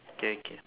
okay okay